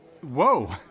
whoa